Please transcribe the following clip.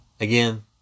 Again